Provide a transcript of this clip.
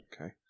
Okay